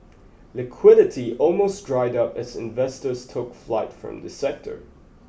liquidity almost dried up as investors took flight from the sector